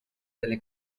delle